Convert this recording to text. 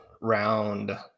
round